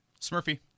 Smurfy